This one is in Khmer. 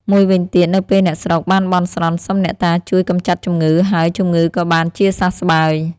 មួយវិញទៀតនៅពេលអ្នកស្រុកបានបន់ស្រន់សុំអ្នកតាជួយកម្ចាត់ជំងឺ ហើយជំងឺក៏បានជាសះស្បើយ